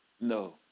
No